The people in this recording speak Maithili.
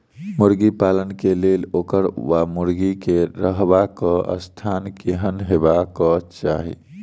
मुर्गी पालन केँ लेल ओकर वा मुर्गी केँ रहबाक स्थान केहन हेबाक चाहि?